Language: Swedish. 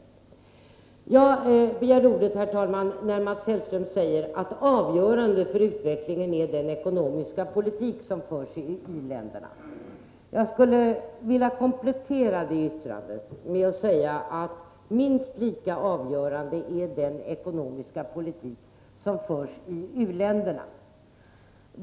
Herr talman! Jag begärde ordet när Mats Hellström sade att det avgörande för utvecklingen är den ekonomiska politik som förs i i-länderna. Jag skulle vilja komplettera detta yttrande med att säga att den ekonomiska politik som förs i u-länderna är minst lika avgörande.